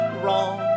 wrong